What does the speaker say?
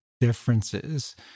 differences